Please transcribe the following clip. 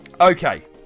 Okay